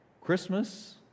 Christmas